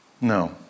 no